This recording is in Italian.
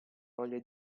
voglia